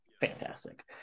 fantastic